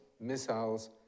missiles